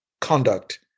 conduct